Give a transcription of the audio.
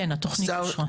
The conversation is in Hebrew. כן, התוכנית אושרה.